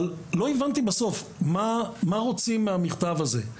לא הבנתי מהמכתב מה בדיוק רוצים,